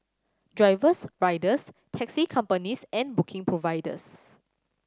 drivers riders taxi companies and booking providers